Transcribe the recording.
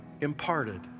imparted